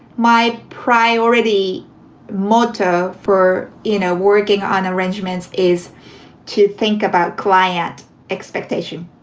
my priority motto for, you know, working on arrangements is to think about client expectation.